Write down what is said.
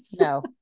No